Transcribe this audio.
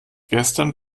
gestern